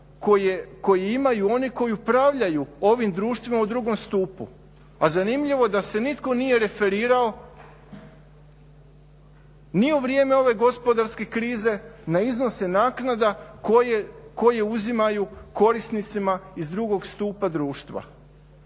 koji imaju oni koji upravljaju ovim društvima u drugom stupu. A zanimljivo je da se nitko nije referirao ni u vrijeme ove gospodarske krize na iznose naknada koje uzimaju korisnicima iz drugog stupa društva.